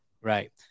Right